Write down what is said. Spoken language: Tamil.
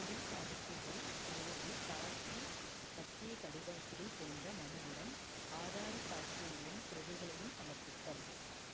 போலீஸ் அறிக்கைகள் அல்லது சாட்சி சத்தியக் கடிதாசிகள் போன்ற மனுவுடன் ஆதார சாட்சியங்களின் பிரதிகளையும் சமர்ப்பித்தல்